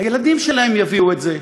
הילדים שלהם יביאו את זה.